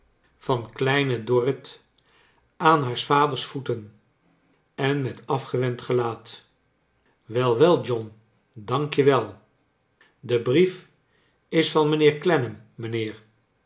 van kleine dorrit aan haars vaders voeten en met afgewend gelaat wel wel john dank je well de brief is van mijnheer clennam mijnheer